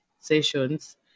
sessions